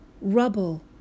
rubble